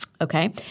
Okay